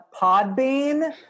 Podbean